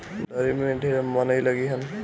दँवरी में ढेर मनई लगिहन